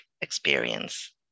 experience